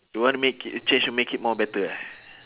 you want make it change to make it more better ah